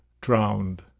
drowned